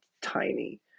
tiny